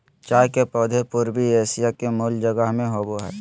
चाय के पौधे पूर्वी एशिया के मूल जगह में होबो हइ